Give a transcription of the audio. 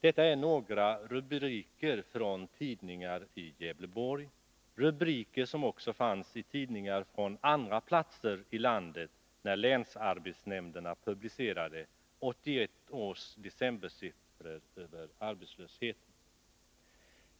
Detta är några rubriker från tidningar i Gävleborg, rubriker som också var införda i tidningar på andra platser i landet, när länsarbetsnämnderna publicerade 1981 års decembersiffror över arbetslösheten.